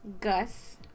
Gus